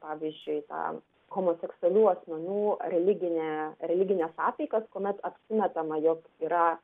pavyzdžiui tą homoseksualių asmenų religinę religines apeigas kuomet apsimetama jog yra